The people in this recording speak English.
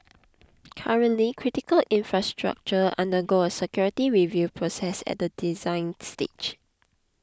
currently critical infrastructure undergo a security review process at the design stage